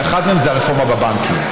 ואחת מהן זו הרפורמה בבנקים,